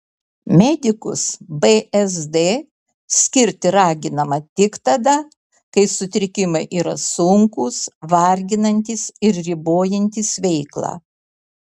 medikus bzd skirti raginama tik tada kai sutrikimai yra sunkūs varginantys ir ribojantys veiklą